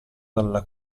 dalla